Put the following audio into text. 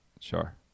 sure